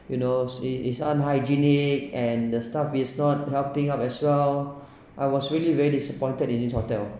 you know is is unhygienic and the staff is not helping up as well I was really very disappointed in this hotel